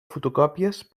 fotocòpies